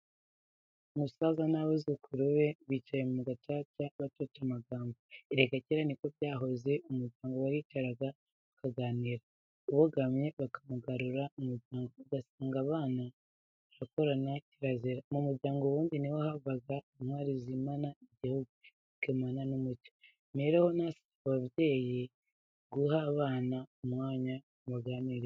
Umusaza n'abuzukuru be bicaye mu gacaca bacoca amagambo. Erega kera niko byahoze umuryango waricaraga bakaganira, ubogamye bakamugarura mu murongo, ugasanga abana barakurana kirazira. Mu muryango ubundi niho hava intwari zimana igihugu zikimana n'umuco, mpereho nanasaba ababyeyi guha abana umwanya mubaganirize.